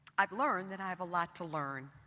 i've learned that i have a lot to learn.